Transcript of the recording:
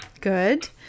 Good